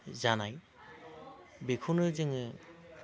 जानाय बेखौनो जोङो